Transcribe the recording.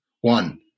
One